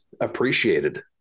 appreciated